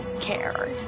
care